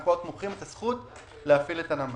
אנחנו רק מוכרים את הזכות להפעיל את הנמל.